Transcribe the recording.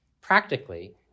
practically